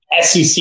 SEC